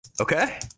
Okay